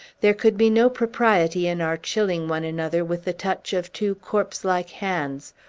there could be no propriety in our chilling one another with the touch of two corpse-like hands,